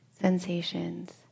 sensations